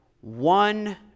one